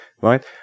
right